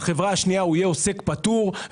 בחברה השנייה הוא יהיה עוסק פטור,